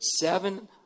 seven